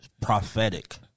prophetic